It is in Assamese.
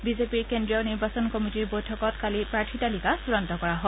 বিজেপিৰ কেন্দ্ৰীয় নিৰ্বাচন কমিটীৰ বৈঠকত কালি প্ৰাৰ্থী তালিকা চূড়ান্ত কৰা হয়